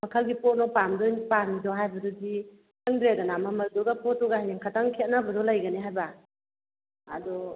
ꯃꯈꯜꯒꯤ ꯄꯣꯠꯅꯣ ꯄꯥꯝꯗꯣꯏ ꯄꯥꯝꯃꯤꯗꯣ ꯍꯥꯏꯕꯗꯨꯗꯤ ꯈꯪꯗ꯭ꯔꯦꯗꯅ ꯃꯃꯜꯗꯨꯒ ꯄꯣꯠꯇꯨꯒ ꯍꯌꯦꯡ ꯈꯤꯇꯪ ꯈꯦꯠꯅꯕꯗꯨ ꯂꯩꯒꯅꯤ ꯍꯥꯏꯕ ꯑꯗꯣ